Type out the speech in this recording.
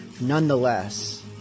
nonetheless